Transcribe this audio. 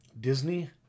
Disney